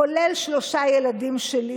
כולל שלושה ילדים שלי,